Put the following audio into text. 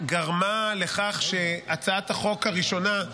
גרמה לכך שהצעת החוק הראשונה,